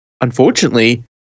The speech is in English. unfortunately